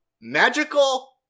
magical